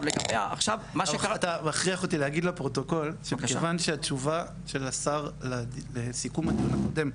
אתה מכריח אותי להגיד לפרוטוקול שהתשובה של השר לסיכום הדיון הקודם,